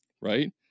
Right